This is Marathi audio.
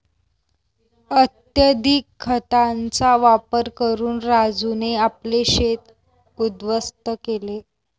अत्यधिक खतांचा वापर करून राजूने आपले शेत उध्वस्त केले